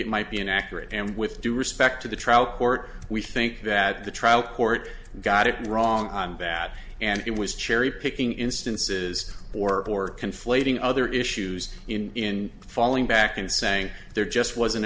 it might be inaccurate and with due respect to the trial court we think that the trial court got it wrong on bad and it was cherry picking instances or more conflating other issues in falling back and saying there just wasn't